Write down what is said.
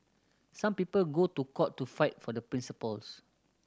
some people go to court to fight for their principles